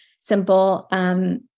simple